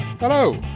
Hello